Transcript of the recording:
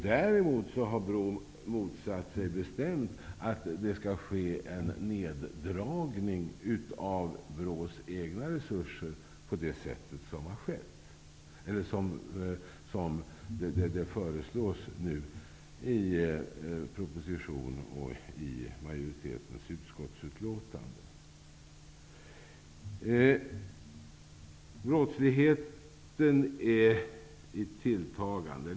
Däremot har BRÅ motsatt sig bestämt att det skall ske en neddragning av BRÅ:s egna resurser på det sätt som nu föreslås i propositionen och av utskottets majoritet. Brottsligheten är i tilltagande.